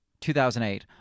2008